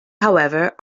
however